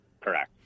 Correct